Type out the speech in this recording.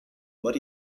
but